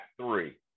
three